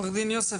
עו"ד יוסף,